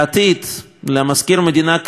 למזכיר המדינה קרי להחליט